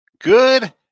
Good